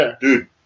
dude